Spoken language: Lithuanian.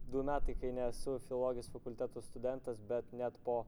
du metai kai nesu filologijos fakulteto studentas bet net po